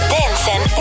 Dancing